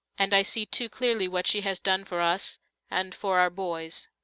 and i see too clearly what she has done for us and for our boys.